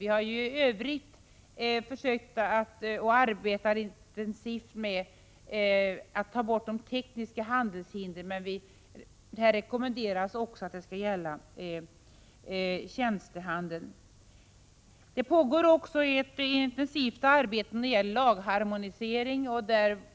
Vi har ju arbetat intensivt med att ta bort de tekniska handelshindren, men denna rekommendation innebär alltså lättnader även när det gäller tjänstehandeln. Det pågår ett intensivt arbete även med en lagharmonisering.